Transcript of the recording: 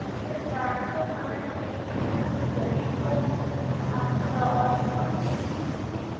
ہاں جی میم کرانا تو تھا میم دیکھ لیجیے میں تھوڑی غریب ہوں آپ تھوڑا اور ڈسکاؤنٹ دے دیجیے مجھے